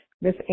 Miss